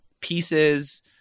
pieces